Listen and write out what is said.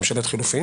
ממשלת חילופין